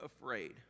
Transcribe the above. afraid